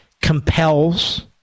compels